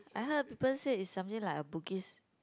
I heard people said it's something like a Bugis